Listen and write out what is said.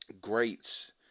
greats